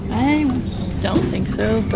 i don't think so, but,